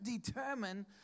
determine